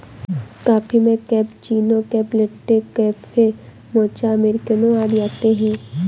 coffee में cappuccino, cafe latte, cafe mocha, अमेरिकनों आदि आते है